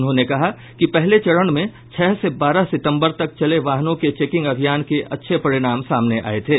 उन्होंने कहा कि पहले चरण में छह से बारह सितंबर तक चले वाहनों के चेकिंग अभियान के अच्छे परिणाम सामने आये थे